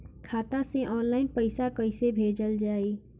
खाता से ऑनलाइन पैसा कईसे भेजल जाई?